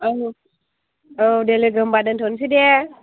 औ औ दे होमबा लोगो दोनथ'नसैदे